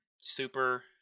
super